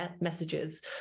messages